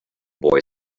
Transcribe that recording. boy